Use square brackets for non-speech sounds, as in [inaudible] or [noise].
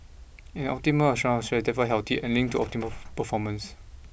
an optimal amount of stress therefore healthy and linked to optimal [unintelligible] performance